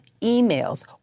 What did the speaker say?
emails